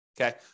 Okay